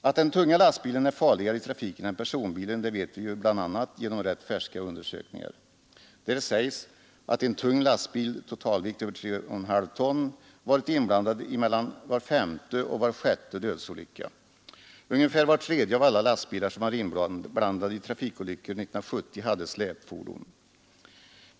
Att den tunga lastbilen är farligare i trafiken än personbilen vet vi bl.a. genom rätt färska undersökningar. Där sägs att tung lastbil, totalvikt över 3,5 ton, var inblandad i mellan var femte och var sjätte dödsolycka. Ungefär var tredje av alla lastbilar som var inblandade i trafikolyckor 1970 hade släpfordon.